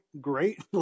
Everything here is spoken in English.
Great